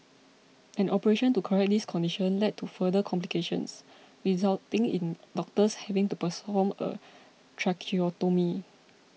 an operation to correct this condition led to further complications resulting in doctors having to perform a tracheotomy